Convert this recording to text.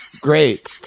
Great